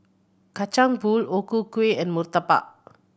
Kacang Pool O Ku Kueh and murtabak